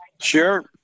sure